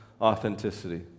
authenticity